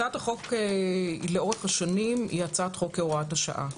הצעת החוק לאורך השנים היא הצעת חוק כהוראת שעה.